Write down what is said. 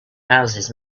houses